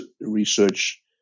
research